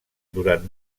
durant